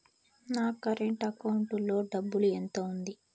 నా current account లో డబ్బులు ఎంత ఉంది?